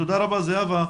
תודה רבה, זהבה.